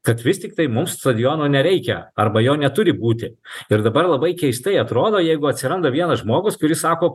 kad vis tiktai mums stadiono nereikia arba jo neturi būti ir dabar labai keistai atrodo jeigu atsiranda vienas žmogus kuris sako